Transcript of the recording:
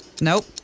Nope